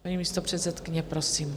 Paní místopředsedkyně, prosím.